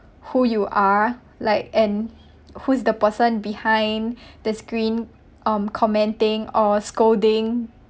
who you are like and who's the person behind the screen um commenting or scolding